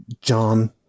John